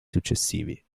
successivi